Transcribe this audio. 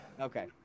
Okay